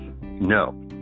No